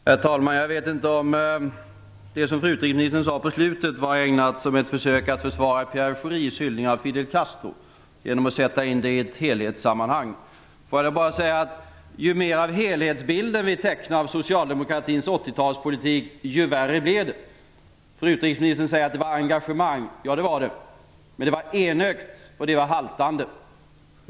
Herr talman! Jag vet inte om det som fru utrikesministern sade på slutet var ägnat som ett försök att försvara Pierre Schoris hyllning av Fidel Castro genom att sätta in det i ett helhetssammanhang. Låt mig bara säga att ju mera av helhetsbilden vi tecknar av Socialdemokratins 80-tal, desto värre blir det. Fru utrikesministern säger att det var engagemang. Ja, det var det, men det var enögt och det var haltande.